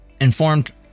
informed